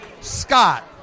Scott